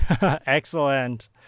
Excellent